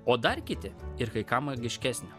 o dar kiti ir kai ką magiškesnio